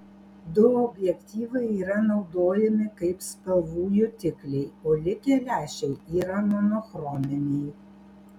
du objektyvai yra naudojami kaip spalvų jutikliai o likę lęšiai yra monochrominiai